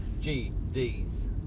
GD's